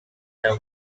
the